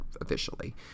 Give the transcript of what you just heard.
officially